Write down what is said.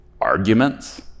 arguments